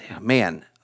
man